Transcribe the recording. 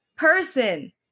person